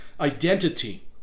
identity